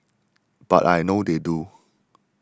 but I know they do